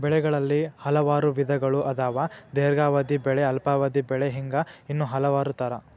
ಬೆಳೆಗಳಲ್ಲಿ ಹಲವಾರು ವಿಧಗಳು ಅದಾವ ದೇರ್ಘಾವಧಿ ಬೆಳೆ ಅಲ್ಪಾವಧಿ ಬೆಳೆ ಹಿಂಗ ಇನ್ನೂ ಹಲವಾರ ತರಾ